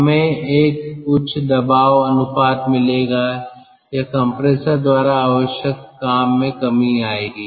हमें एक उच्च दबाव अनुपात मिलेगा या कंप्रेसर द्वारा आवश्यक काम में कमी आएगी